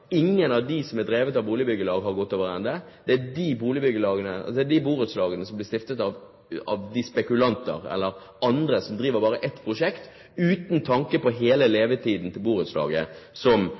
ingen av de borettslagene som er drevet av boligbyggelag, som har gått over ende. Det er de borettslagene som blir stiftet av spekulanter, eller av andre som driver bare ett prosjekt, uten tanke på hele levetiden på borettslaget, som